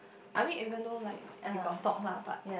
I mean even though like we got talk lah but